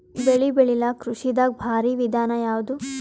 ಬೆಳೆ ಬೆಳಿಲಾಕ ಕೃಷಿ ದಾಗ ಭಾರಿ ವಿಧಾನ ಯಾವುದು?